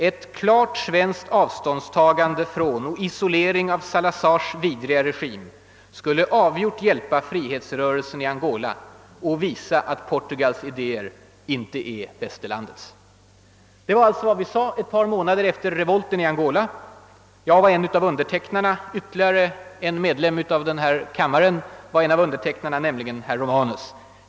Ett klart svenskt avståndstagande från och isolering av Salazars vidriga regim skulle avgjort hjälpa frihetsrörelsen i Angola och visa att Portugals idéer inte är Västerlandets.» Detta var alltså vad vi uttalade ett par månader efter revolten i Angola. Jag var en av undertecknarna av uppropet, liksom ytterligare en av denna kammares ledamöter, herr Romanus.